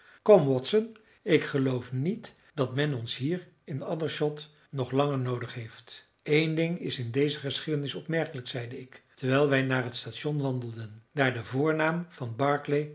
kom watson ik geloof niet dat men ons hier in aldershot nog langer noodig heeft eén ding is in deze geschiedenis opmerkelijk zeide ik terwijl wij naar het station wandelden daar de voornaam van barclay